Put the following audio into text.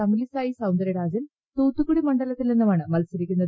തമിലിസായി സൌന്ദരരാജൻ തൂർത്തുക്കുടി മണ്ഡലത്തിൽ നിന്നുമാണ് മത്സരിക്കുന്നത്